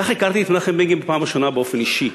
כך הכרתי את מנחם בגין בפעם הראשונה באופן אישי,